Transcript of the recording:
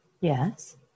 Yes